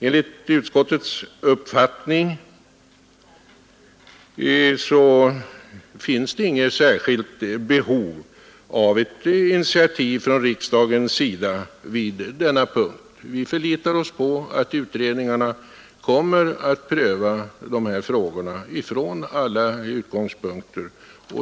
Enligt utskottets uppfattning finns inget särskilt behov av ett initiativ från riksdagens sida vid denna punkt. Vi förlitar oss på att utredningarna kommer att pröva dessa frågor från alla utgångspunkter.